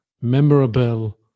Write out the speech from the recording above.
memorable